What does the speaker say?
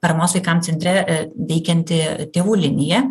paramos vaikam centre veikianti tėvų linija